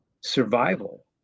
survival